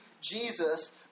Jesus